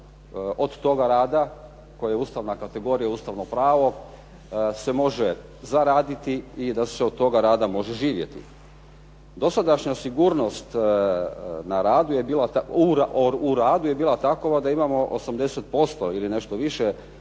od toga rada koje je ustavna kategorija i Ustavno pravo se može zaraditi i da se od toga rada može živjeti. Dosadašnja sigurnost na radu je takova da imamo 80% ili nešto više